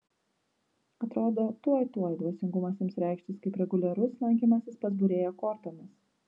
atrodo tuoj tuoj dvasingumas ims reikštis kaip reguliarus lankymasis pas būrėją kortomis